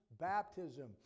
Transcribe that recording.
baptism